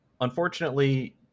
unfortunately